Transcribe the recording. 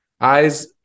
Eyes